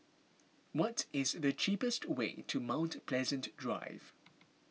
what is the cheapest way to Mount Pleasant Drive